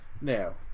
Now